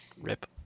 Rip